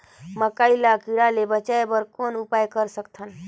मकई ल कीड़ा ले बचाय बर कौन उपाय कर सकत हन?